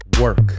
work